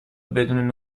بدون